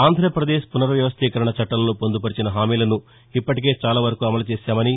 ఆంధ్రాపదేశ్ పునర్ వ్యవస్టీకరణ చట్టంలో పొందుపర్చిన హామీలను ఇప్పటికే చాలా వరకు అమలు చేశామని